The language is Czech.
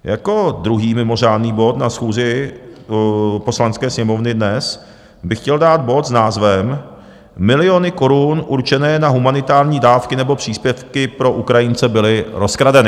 Jako druhý mimořádný bod na schůzi Poslanecké sněmovny dnes bych chtěl dát bod s názvem Miliony korun určené na humanitární dávky nebo příspěvky pro Ukrajince byly rozkradeny.